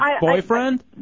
boyfriend